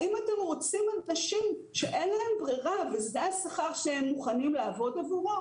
האם אתם רוצים אנשים שאין להם ברירה וזה השכר שהם מוכנים לעבוד עבורו?